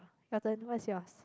your turn what is yours